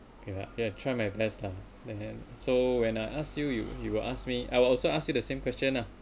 ya ya try my best lah and then so when I ask you you you will ask me I will also ask you the same question lah